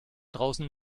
draußen